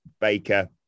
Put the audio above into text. Baker